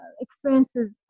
experiences